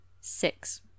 Six